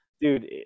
dude